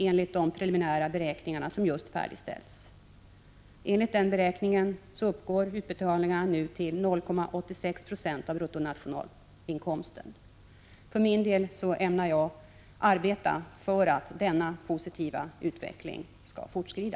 Enligt de preliminära beräkningarna för 1985, som just färdigställts, uppgår utbetalningarna nu till 0,86 96 av bruttonationalinkomsten. För min del ämnar jag arbeta för att denna positiva utveckling skall fortskrida.